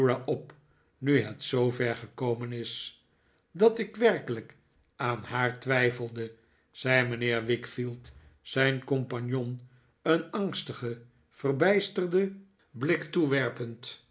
op nu het zoo ver gekomen is dat ik werkelijk aan haar twijfelde zei mijnheer wickfield zijn compagnon een angstigen verbijsterden blik toewerpend